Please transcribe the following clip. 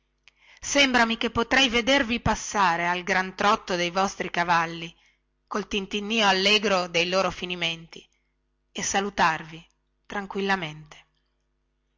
generazione parmi che potrei vedervi passare al gran trotto dei vostri cavalli col tintinnio allegro dei loro finimenti e salutarvi tranquillamente